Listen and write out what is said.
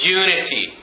unity